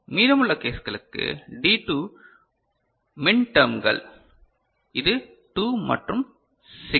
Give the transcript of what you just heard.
மீதமுள்ள கேஸ்களுக்கு D2 மின்டெர்ம்கள் இது 2 மற்றும் 6